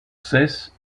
cessent